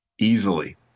easily